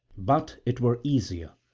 but it were easier,